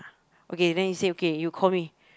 okay then you say okay you call me